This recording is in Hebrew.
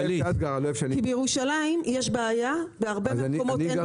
כי בירושלים יש בעיה, בהרבה מקומות אין בעיה.